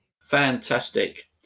Fantastic